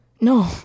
No